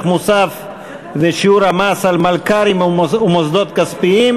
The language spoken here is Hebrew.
ערך מוסף (שיעור המס על מלכ"רים ומוסדות כספיים)